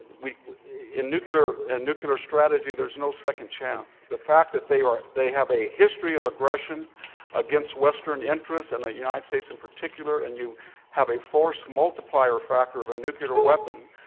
we in nuclear and nuclear strategy, there's no second chance. the fact that they are they have a history of aggression against western interests and the united states in particular, and you have a force multiplier factor of a nuclear weapon,